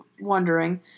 wondering